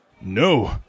No